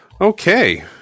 Okay